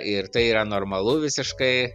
ir tai yra normalu visiškai